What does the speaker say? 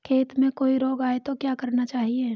खेत में कोई रोग आये तो क्या करना चाहिए?